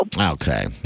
Okay